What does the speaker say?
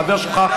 חבר שלך,